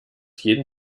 jeden